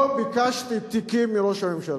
לא ביקשתי תיקים מראש הממשלה.